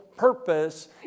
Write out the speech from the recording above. Purpose